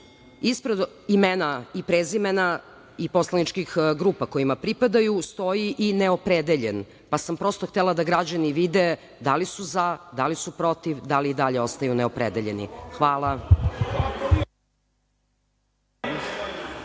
ispred imena i prezimena i poslaničkih grupa kojima pripadaju stoji i "neopredeljen", pa sam prosto htela da građani vide da li su "za", da li su "protiv", da li i dalje ostaju "neopredeljeni". Hvala.